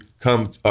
come